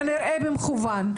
כנראה במכוון,